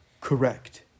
Correct